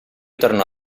tornò